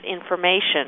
information